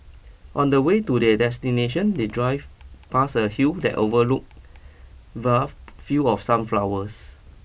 on the way to their destination they drive past a hill that overlooked vast field of sunflowers